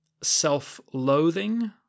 self-loathing